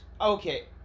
Okay